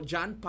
John